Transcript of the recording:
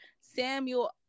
Samuel